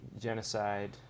genocide